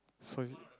first